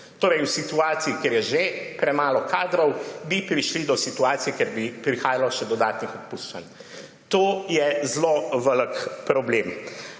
Torej v situaciji, kjer je že premalo kadrov, bi prišli do situacije, kjer bi prihajalo še do dodatnih odpuščanj. To je zelo velik problem.